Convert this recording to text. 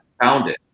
founded